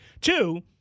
Two